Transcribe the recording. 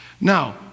Now